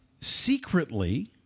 secretly